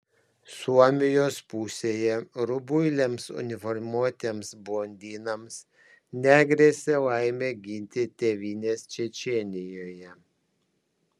suomijos pusėje rubuiliams uniformuotiems blondinams negrėsė laimė ginti tėvynės čečėnijoje